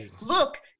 look